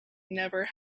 never